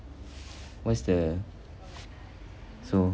what's the so